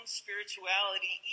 spirituality